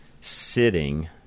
sitting